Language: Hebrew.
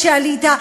כשעלית,